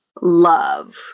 love